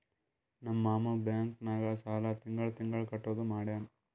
ನಮ್ ಮಾಮಾ ಬ್ಯಾಂಕ್ ನಾಗ್ ಸಾಲ ತಿಂಗಳಾ ತಿಂಗಳಾ ಕಟ್ಟದು ಮಾಡ್ಯಾನ್